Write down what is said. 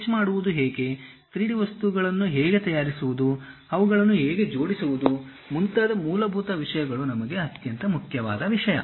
sketch ಮಾಡುವುದು ಹೇಗೆ 3D ವಸ್ತುಗಳನ್ನು ಹೇಗೆ ತಯಾರಿಸುವುದು ಅವುಗಳನ್ನು ಹೇಗೆ ಜೋಡಿಸುವುದು ಮುಂತಾದ ಮೂಲಭೂತ ವಿಷಯಗಳು ನಮಗೆ ಅತ್ಯಂತ ಮುಖ್ಯವಾದ ವಿಷಯ